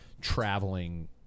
traveling